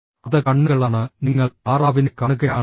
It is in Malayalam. അത് കണ്ണുകളാണ് നിങ്ങൾ താറാവിനെ കാണുകയാണെങ്കിൽ